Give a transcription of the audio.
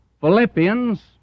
Philippians